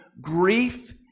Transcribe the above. grief